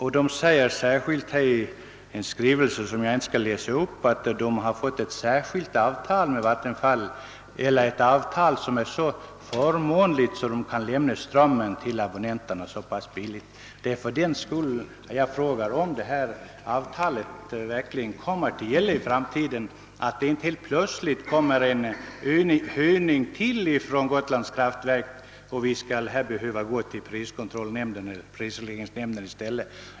I en skrivelse, som jag inte här skall läsa upp, säger detta elverk att man fått ett särskilt avtal med Vattenfall, vilket är så förmånligt att man kan lämna strömmen till abonnenterna så pass billigt som skett. Därför har jag frågat, om vårt avtal :skall gälla även i framtiden, så att det inte plötsligt kommer ytterligare en höjning från Gotlands Kraftverk vilket skulle tvinga oss att gå till prisregleringsnämnden.